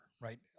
right